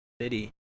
City